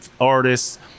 artists